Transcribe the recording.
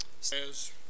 says